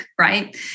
right